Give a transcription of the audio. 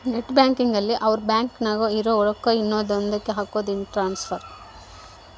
net banking ಅಲ್ಲಿ ಅವ್ರ bank ನಾಗೇ ಇರೊ ರೊಕ್ಕ ಇನ್ನೊಂದ ಕ್ಕೆ ಹಕೋದು ಇಂಟ್ರ ಟ್ರಾನ್ಸ್ಫರ್